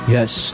Yes